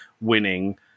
winning